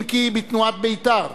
אם כי בתנועת בית"ר,